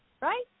Right